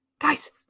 Guys